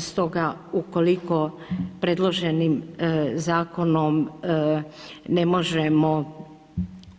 Stoga ukoliko predloženim zakonom ne možemo